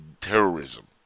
terrorism